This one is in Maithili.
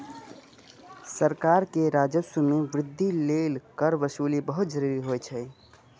सरकार के राजस्व मे वृद्धि लेल कर वसूली बहुत जरूरी होइ छै